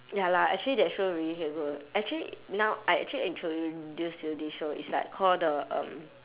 ya lah actually that show really damn good actually now I actually introduce you this show it's like called the um